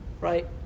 right